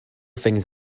things